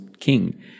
King